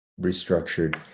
restructured